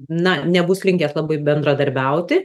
na nebus linkęs labai bendradarbiauti